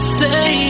say